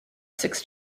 six